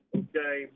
okay